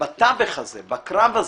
ובתווך הזה, בקרב הזה,